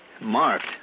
Marked